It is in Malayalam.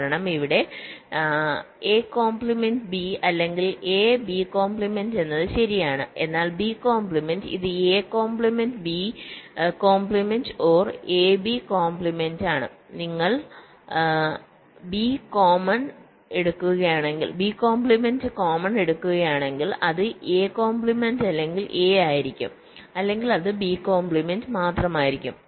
കാരണം ഇവിടെ ഇവ ab അല്ലെങ്കിൽ a b എന്നത് ശരിയാണ് എന്നാൽ b ഇത് a b or a b ആണ് നിങ്ങൾ b കോമൺ എടുക്കുകയാണെങ്കിൽ അത് a അല്ലെങ്കിൽ a ആയിരിക്കും അല്ലെങ്കിൽ അത് b മാത്രമായിരിക്കും